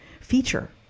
feature